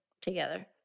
together